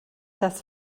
das